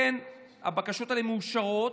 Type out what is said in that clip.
הבקשות האלה מאושרות,